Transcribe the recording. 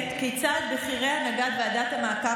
מניתוח האירועים רואים בצורה מובהקת כיצד בכירי הנהגת ועדת המעקב